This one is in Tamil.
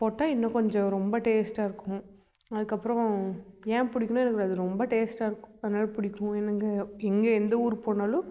போட்டால் இன்னும் கொஞ்சம் ரொம்ப டேஸ்ட்டாக இருக்கும் அதுக்கப்றம் ஏன் புடிக்கும்னா எனக்கு அது ரொம்ப டேஸ்ட்டாக இருக்கும் அதனால் பிடிக்கும் என்னங்க எங்கே எந்த ஊர் போனாலும்